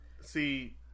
See